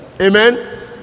amen